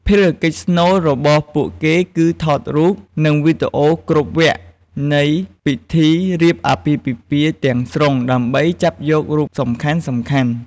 ភារកិច្ចស្នូលរបស់ពួកគេ គឺថតរូប និងវីដេអូគ្រប់វគ្គនៃពិធីរៀបអាពាហ៍ពិពាហ៍ទាំងស្រុងដើម្បីចាប់យករូបសំខាន់ៗ។